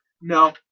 No